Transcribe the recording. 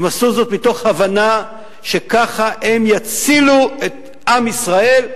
ועשו זאת מתוך הבנה שככה הם יצילו את עם ישראל,